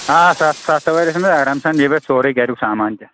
آ سَتھ سَتھ سوٲرۍ آرام سان سورٕے گَریُک سامان تہِ